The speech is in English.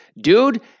Dude